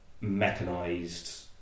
mechanized